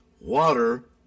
Water